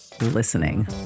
listening